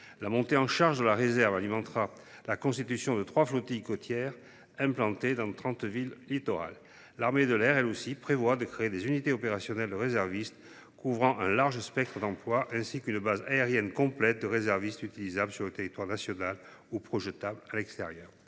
La montée en charge de la réserve alimentera la constitution de trois flottilles côtières, implantées dans trente villes littorales. Quant à l’armée de l’air, elle prévoit elle aussi de créer des unités opérationnelles de réservistes couvrant un large spectre d’emplois ainsi qu’une base aérienne complète de réservistes, utilisable sur le territoire national ou projetable à l’extérieur.